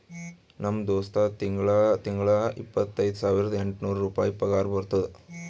ನಮ್ ದೋಸ್ತ್ಗಾ ತಿಂಗಳಾ ತಿಂಗಳಾ ಇಪ್ಪತೈದ ಸಾವಿರದ ಎಂಟ ನೂರ್ ರುಪಾಯಿ ಪಗಾರ ಬರ್ತುದ್